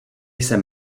jsem